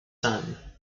son